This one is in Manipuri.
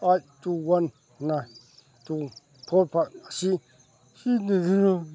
eight two one nine two four five ꯑꯁꯤ ꯁꯤꯖꯤꯟꯅꯗꯨꯅ